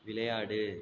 விளையாடு